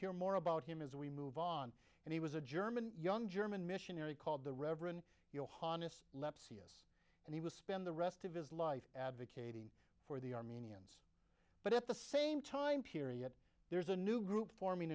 hear more about him as we move on and he was a german young german missionary called the reverend johan this lepsius and he will spend the rest of his life advocating for the armenians but at the same time period there's a new group forming